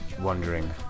wondering